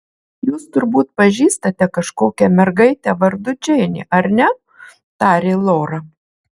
jūs turbūt pažįstate kažkokią mergaitę vardu džeinė ar ne tarė lora